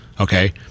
okay